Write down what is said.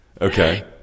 Okay